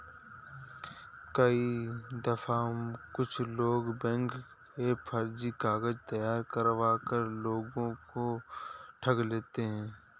कई दफा कुछ लोग बैंक के फर्जी कागज तैयार करवा कर लोगों को ठग लेते हैं